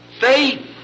Faith